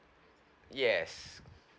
yes